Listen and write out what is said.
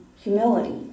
humility